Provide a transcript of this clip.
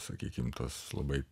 sakykim tas labai